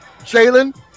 Jalen